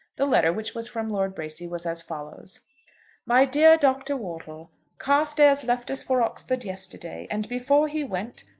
the letter, which was from lord bracy, was as follows my dear doctor wortle carstairs left us for oxford yesterday, and before he went,